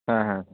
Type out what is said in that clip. হ্যাঁ হ্যাঁ